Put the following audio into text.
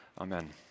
Amen